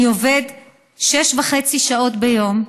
אני עובד שש וחצי שעות ביום,